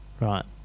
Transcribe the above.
Right